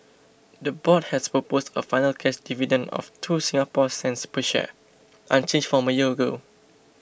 the board has proposed a final cash dividend of two Singapore cents per share unchanged from a year ago